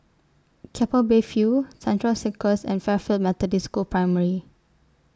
Keppel Bay View Central Circus and Fairfield Methodist School Primary